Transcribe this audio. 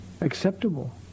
acceptable